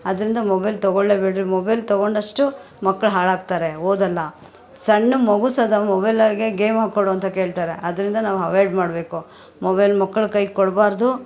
ಅದರಿಂದ ಮೊಬೈಲ್ ತಗೊಳ್ಳೇಬೇಡಿ ಮೊಬೈಲ್ ತಗೊಂಡಷ್ಟು ಮಕ್ಕಳು ಹಾಳಾಗ್ತಾರೆ ಓದಲ್ಲ ಸಣ್ಣ ಮಗು ಸದಾ ಮೊಬೈಲಾಗೆ ಗೇಮ್ ಹಾಕ್ಕೊಡು ಅಂತ ಕೇಳ್ತಾರೆ ಅದರಿಂದ ನಾವು ಹವೈಡ್ ಮಾಡಬೇಕು ಮೊಬೈಲ್ ಮಕ್ಕಳ ಕೈಗೆ ಕೊಡಬಾರ್ದು